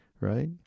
right